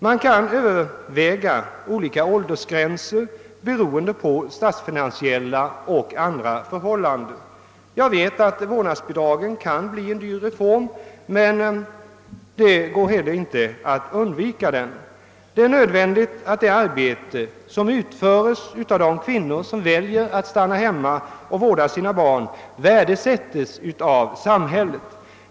Man kan överväga olika åldersgränser beroende på statsfinansiella och andra förhållanden. Jag vet att en reform om vårdnadsbidragen kan bli en dyr reform, men det går inte att undvika den. Det är nödvändigt att det arbete som utförs av de kvinnor som väljer att stanna hemma och vårda sina barn värdesätts av samhället.